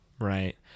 right